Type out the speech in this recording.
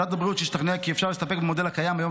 ועדת הבריאות השתכנעה כי אפשר להסתפק במודל הקיים היום